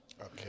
Okay